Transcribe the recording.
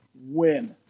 win